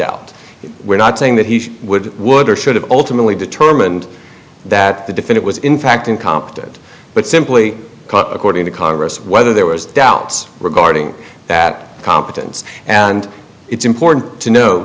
doubt we're not saying that he would would or should have ultimately determined that the definit was in fact incompetent but simply according to congress whether there was doubts regarding that competence and it's important to no